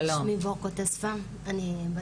שמי וורקו טספה, אני בת